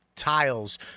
tiles